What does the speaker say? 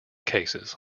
cases